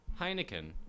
Heineken